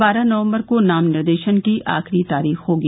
बारह नवम्बर को नाम निर्देशन की आखिरी तारीख होगी